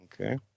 Okay